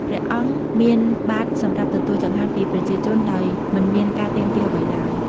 ព្រះអង្គមានបាត្រសម្រាប់ទទួលចង្ហាន់ពីប្រជាជនដោយមិនមានការទាមទារអ្វីឡើយ។